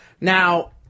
Now